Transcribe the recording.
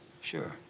sure